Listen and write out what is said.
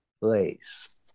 place